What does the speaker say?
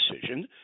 decision